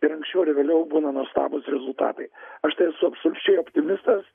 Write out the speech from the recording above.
ir anksčiau ar vėliau būna nuostabūs rezultatai aš tai esu absoliučiai optimistas